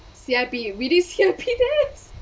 C_I_P we did C_I_P there